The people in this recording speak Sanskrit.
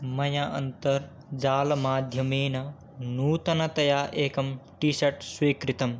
मया अन्तर्जालमाध्यमेन नूतनतया एकं टीशर्ट् स्वीकृतम्